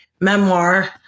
memoir